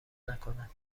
نکنه